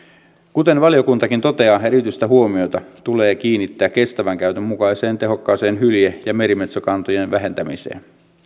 kuten valiokuntakin toteaa erityistä huomiota tulee kiinnittää kestävän käytön mukaiseen tehokkaaseen hylje ja merimetsokantojen vähentämiseen